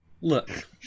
Look